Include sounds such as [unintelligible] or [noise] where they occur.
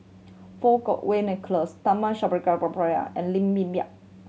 Fang Kuo Wei Nicholas Tharman [unintelligible] and Linn In [unintelligible]